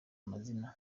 amazina